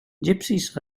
gypsies